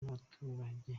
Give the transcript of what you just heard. n’abaturage